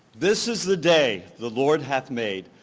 this is the day the lord hath made,